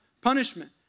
punishment